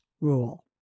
rule